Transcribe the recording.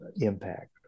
impact